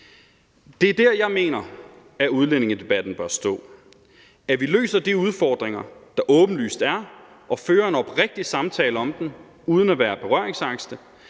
Det er der, jeg mener, at udlændingedebatten bør stå, nemlig at vi løser de udfordringer, der åbenlyst er, og fører en oprigtig samtale om dem uden at være berøringsangste,